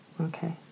Okay